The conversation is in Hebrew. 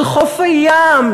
על חוף הים.